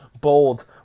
bold